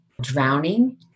drowning